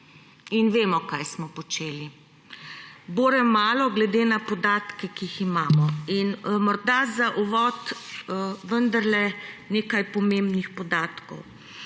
in vemo, kaj smo počeli. Bore malo glede na podatke, ki jih imamo. Morda za uvod vendarle nekaj pomembnih podatkov.